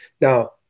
Now